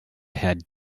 had